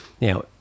Now